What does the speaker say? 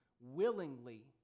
willingly